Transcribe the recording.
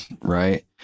right